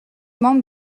membre